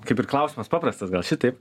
kaip ir klausimas paprastas gal šitaip